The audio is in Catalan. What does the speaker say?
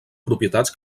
propietats